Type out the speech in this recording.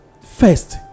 first